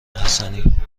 حسنی